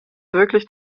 wirklich